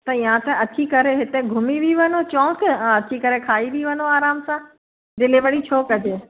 त या त अची करे हिते घुमी बि वञो चौक ऐं अची अची करे खाई बि वञो आराम सां डिलेवरी छो कजे